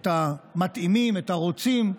את המתאימים, את הרוצים,